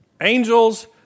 angels